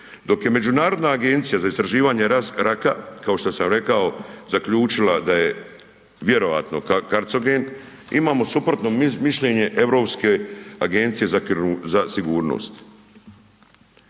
Dok je Međunarodna agencija za istraživanje raka, kao što sam rekao zaključila da je vjerojatno kancerogen imamo suprotno mišljenje Europske agencije za sigurnost.